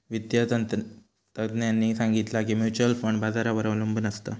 वित्तिय तज्ञांनी सांगितला की म्युच्युअल फंड बाजारावर अबलंबून असता